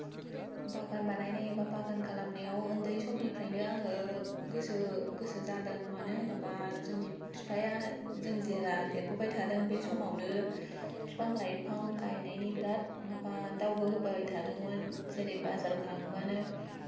बागान बानायनाय एबा बागान खालामनायाव ओन्दै समनिफ्रायनो आङो गोसो गोसो जादों मानो होनोबा जोंनि बिफाया जों जेला देरबोबाय थादों बे समावनो बिफां लाइफां गायनायनि बिराद माबा दावबो होबाय थादोंमोन जरै बाजाराव थांबानो